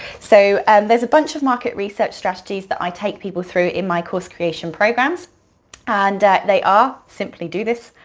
so and there's a bunch of market research strategies that i take people through in my course creation programs and they are, simply do this,